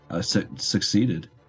succeeded